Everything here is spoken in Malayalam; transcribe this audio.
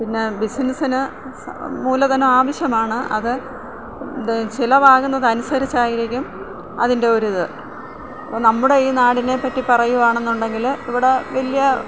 പിന്നെ ബിസിനസിന് മൂലധനം ആവശ്യമാണ് അത് ഇത് ചിലവാകുന്നതന് അസരിച്ചായിരിക്കും അതിൻ്റെ ഒരു ഇത് അപ്പം നമ്മുടെ ഈ നാടിനെ പറ്റി പറയുകയാണെന്നുണ്ടെങ്കിൽ ഇവിടെ വലിയ